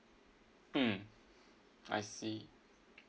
mm I see